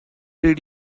did